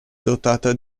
dotata